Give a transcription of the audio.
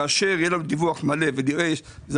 כאשר יהיה לנו דיווח מלא ונראה שאלה